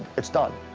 it's done.